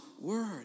word